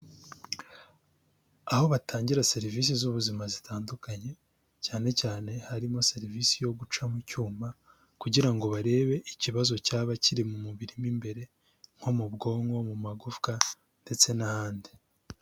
Aho batangira serivisi z'ubuzima zitandukanye cyane cyane harimo serivisi yo guca mu cyuma kugira ngo barebe ikibazo cyaba kiri mu mubiri mu imbere nko mu bwonko mu magufwa ndetse n'ahandi.